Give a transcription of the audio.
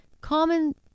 common